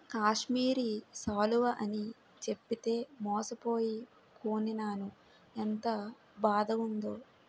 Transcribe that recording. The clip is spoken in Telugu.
కాశ్మీరి శాలువ అని చెప్పితే మోసపోయి కొనీనాను ఎంత బాదగుందో